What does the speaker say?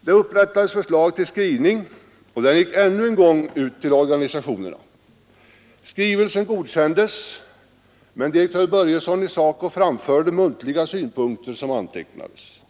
Det upprä förslag till skrivning, och även den gick ut till organisationerna. Skrivelsen godkändes, men direktör Börjesson i SACO framförde muntliga synpunkter, som antecknades.